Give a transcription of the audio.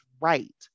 right